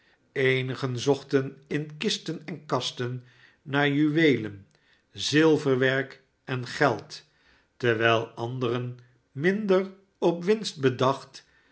eenigen zochten in kisten en kasten naar juweelen zilverwerk en geld terwijl anderen minder op winst bedacht